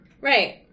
Right